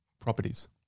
properties